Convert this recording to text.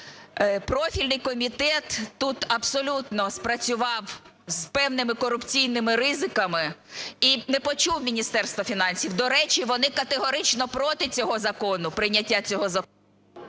профільний комітет тут абсолютно спрацював з певними корупційними ризиками і не почуло Міністерство фінансів. До речі, вони категорично проти цього закону, прийняття цього закону.